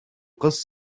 кыз